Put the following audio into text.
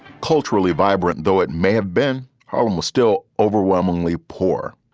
culturally vibrant, though it may have been, harlem was still overwhelmingly poor.